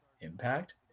Impact